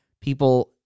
people